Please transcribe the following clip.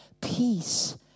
peace